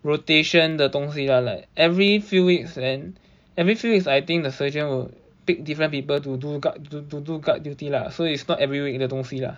rotation 的东西 lah like every few weeks then every few weeks I think the sergeant will pick different people to do to do guard duty lah so it's not every week 的东西啦